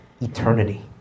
eternity